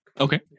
Okay